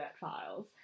files